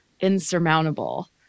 insurmountable